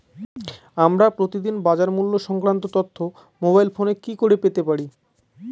আমরা প্রতিদিন বাজার মূল্য সংক্রান্ত তথ্য মোবাইল ফোনে কি করে পেতে পারি?